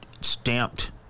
stamped